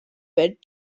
but